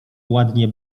ładnie